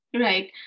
Right